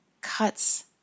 cuts